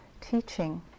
teaching